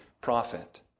prophet